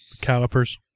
calipers